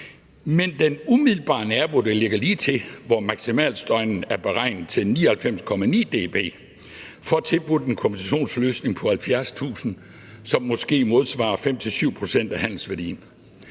Men den umiddelbare nabo, der ligger lige op til, hvor maksimalstøjen er beregnet til 99,9 dB, får tilbudt en kompensationsløsning på 70.000 kr., som måske modsvarer 5-7 pct af handelsværdien.